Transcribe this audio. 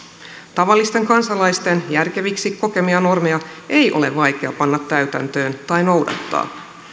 tavallisten kansalaisten järkeviksi kokemia normeja ei ole vaikea panna täytäntöön tai noudattaa